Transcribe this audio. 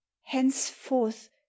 Henceforth